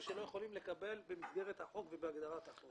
שלא יכולים לקבל במסגרת החוק ובהגדרת החוק.